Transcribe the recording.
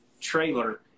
trailer